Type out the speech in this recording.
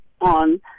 on